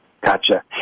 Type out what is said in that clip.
Gotcha